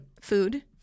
food